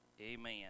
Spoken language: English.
Amen